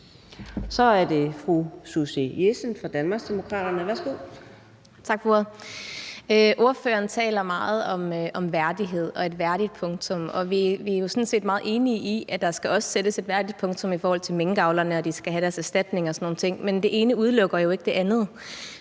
Så er det fru Susie Jessen fra Danmarksdemokraterne. Værsgo. Kl. 15:22 Susie Jessen (DD): Tak for ordet. Ordføreren taler meget om værdighed og et værdigt punktum, og vi er jo sådan set meget enige i, at der også skal sættes et værdigt punktum i forhold til minkavlerne, og at de skal have deres erstatning og sådan nogle ting, men det ene udelukker jo ikke det andet.